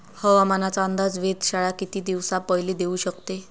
हवामानाचा अंदाज वेधशाळा किती दिवसा पयले देऊ शकते?